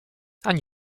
ani